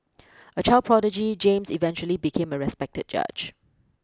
a child prodigy James eventually became a respected judge